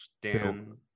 Dan